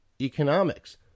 Economics